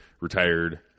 retired